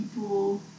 people